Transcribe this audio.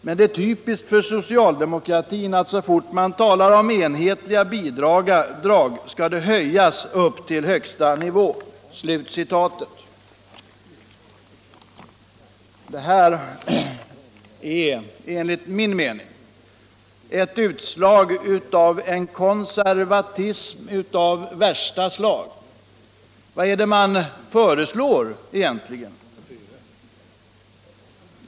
Men det är typiskt för socialdemokratin att så fort man talar om enhetliga bidrag skall de höjas upp till den högsta nivån.” Det här är enligt min mening ett utslag av en konservatism av värsta slag. Vad är det egentligen man föreslår?